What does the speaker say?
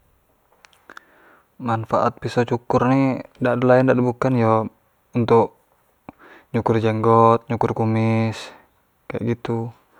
manfaat pisau cukur ni dak do lain dak do bukan yo untuk nyukur jenggot, nyukur kumis, kek gitu.